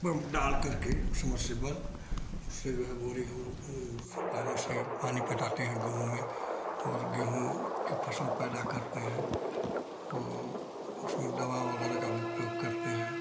बहुत डालकर के समरसेबल उससे जो है बोरिंग हम लोग ऊ उससे पानी से पानी पटाते हैं गेहूँ में और गेहूँ की फसल पैदा करते हैं ओ उसमें दवा वगैरह का भी प्रयोग करते हैं